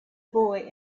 boy